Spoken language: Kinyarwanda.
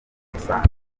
musanze